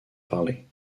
parlée